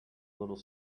little